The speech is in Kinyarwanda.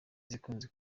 zikunze